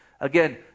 again